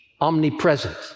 omnipresent